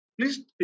please